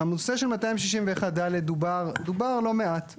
הנושא של 261(ד) דובר, דובר לא מעט.